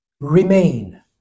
remain